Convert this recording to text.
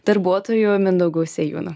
darbuotoju mindaugu sėjūnu